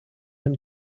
him